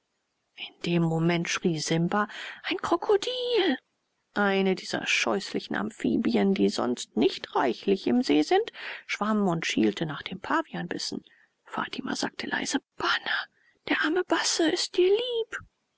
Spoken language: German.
in dem moment schrie simba ein krokodil eine dieser scheußlichen amphibien die sonst nicht reichlich im see sind schwamm und schielte nach dem pavianbissen fatima sagte leise bana der arme basse ist dir lieb